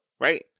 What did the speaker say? right